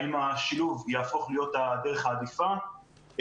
האם השילוב יהפוך להיות הדרך העדיפה,